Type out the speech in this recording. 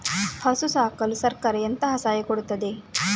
ಹಸು ಸಾಕಲು ಸರಕಾರ ಎಂತ ಸಹಾಯ ಕೊಡುತ್ತದೆ?